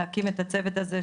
להקים את הצוות הזה,